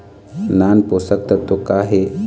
नान पोषकतत्व का हे?